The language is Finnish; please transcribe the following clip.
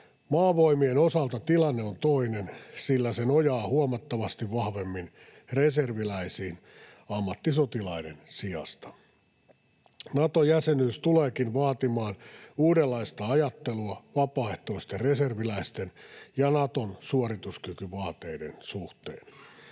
Maavoimien osalta tilanne on toinen, sillä se nojaa huomattavasti vahvemmin reserviläisiin ammattisotilaiden sijasta. Nato-jäsenyys tuleekin vaatimaan uudenlaista ajattelua vapaaehtoisten reserviläisten ja Naton suorituskykyvaateiden suhteen.